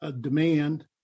demand